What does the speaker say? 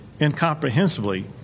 incomprehensibly